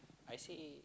I say